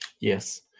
Yes